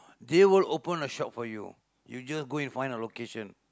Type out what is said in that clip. they will open a shop for you you just go and find a location